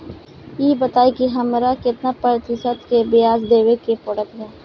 ई बताई की हमरा केतना प्रतिशत के ब्याज देवे के पड़त बा?